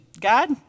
God